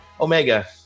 Omega